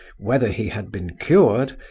whether he had been cured?